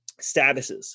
statuses